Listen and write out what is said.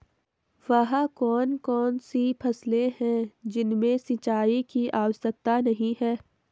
वह कौन कौन सी फसलें हैं जिनमें सिंचाई की आवश्यकता नहीं है?